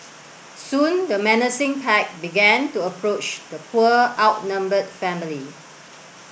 soon the menacing pack began to approach the poor outnumbered family